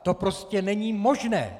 To prostě není možné!